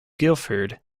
guildford